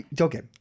okay